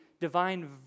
divine